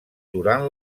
durant